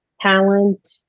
talent